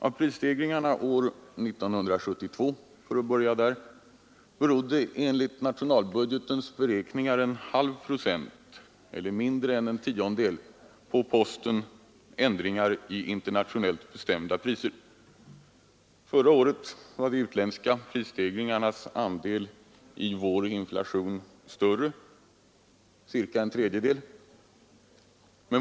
Av prisstegringarna år 1972 — för att börja där — berodde enligt nationalbudgetens beräkningar en halv procent eller mindre än en tiondel på posten ”ändringar i internationellt bestämda priser”. Förra året var de utländska prisstegringarnas andel av vår inflation större: cirka en tredjedel.